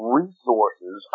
resources